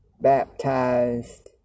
baptized